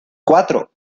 cuatro